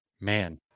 Man